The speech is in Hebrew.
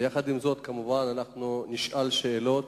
ועם זאת, כמובן, אנחנו נשאל שאלות